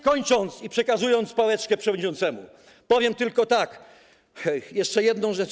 Kończąc i przekazując pałeczkę przewodniczącemu, powiem tylko jeszcze jedną rzecz.